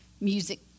music